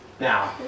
now